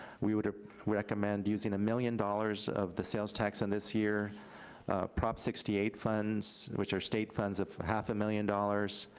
we would ah recommend using a million dollars of the sales tax and this year prop sixty eight funds, which are state funds of half a million dollars.